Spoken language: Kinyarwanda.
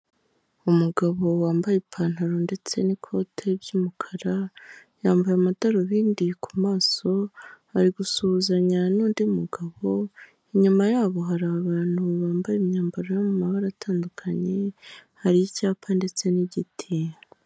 Umugabo wambaye ipantaro ndetse n'ikote ry'umukara, yambaye amadarubindi ku maso ari gusuhuzanya n'undi mugabo, inyuma yabo hari abantu bambaye imyambaro yo mu mabara atandukanye hari cyapa ndetse n'igiti.